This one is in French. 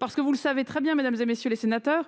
Vous savez très bien, mesdames, messieurs les sénateurs,